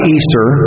Easter